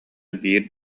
биир